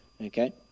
okay